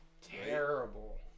Terrible